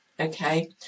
Okay